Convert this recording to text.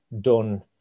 done